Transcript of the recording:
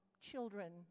children